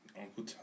Uncle